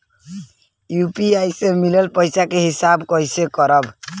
UPI से मिलल पईसा के हिसाब कइसे करब?